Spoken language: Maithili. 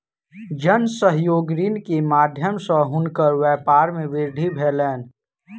जन सहयोग ऋण के माध्यम सॅ हुनकर व्यापार मे वृद्धि भेलैन